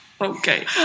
Okay